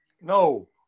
No